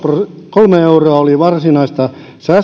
kolme euroa oli varsinaista